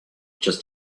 just